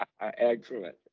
Excellent